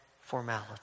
formality